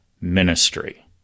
Ministry